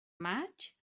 maig